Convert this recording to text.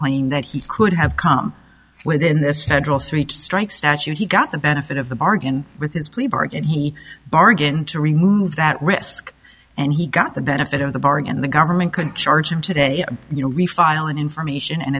claim that he could have come within this federal streatch strike statute he got the benefit of the bargain with his plea bargain he bargained to remove that risk and he got the benefit of the bargain the government couldn't charge him today you know refile an information and